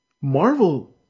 Marvel